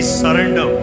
surrender